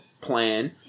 plan